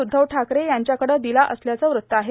उद्धव ठाकरे यांच्याकडं दिला असल्याचं वृत्त आहे